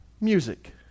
music